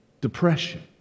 depression